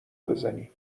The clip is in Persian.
بزنی